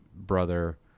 brother